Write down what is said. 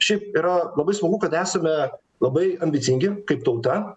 šiaip yra labai smagu kad esame labai ambicingi kaip tauta